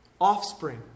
Offspring